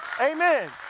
Amen